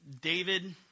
David